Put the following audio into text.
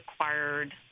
acquired